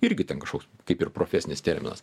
irgi ten kažkoks kaip ir profesinis terminas